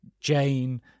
Jane